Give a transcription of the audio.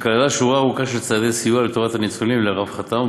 שכללה שורה ארוכה של צעדי סיוע לטובת הניצולים ולרווחתם,